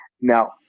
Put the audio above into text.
Now